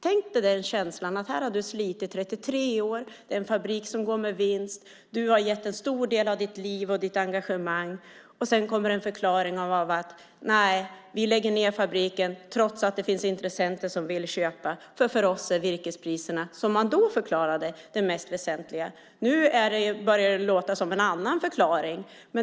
Tänk dig känslan att ha slitit i 33 år i en fabrik som går med vinst och där man har gett en stor del av sitt liv och engagemang, och sedan kommer förklaringen: Nej, vi lägger ned fabriken trots att det finns intressenter som vill köpa. För oss är virkespriserna det mest väsentliga. Det var så man förklarade det då. Nu börjar det låta som en annan förklaring.